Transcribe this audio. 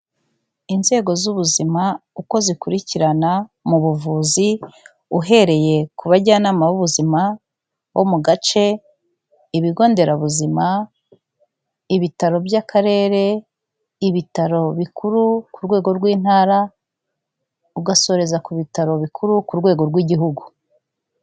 Inzego z'ubuzima uko zikurikirana mu buvuzi, uhereye ku bajyanama b'ubuzima bo mu gace, ibigo nderabuzima, ibitaro by'akarere, ibitaro bikuru ku rwego rw'intara, ugasoreza ku bitaro bikuru ku rwego rw'igihugu.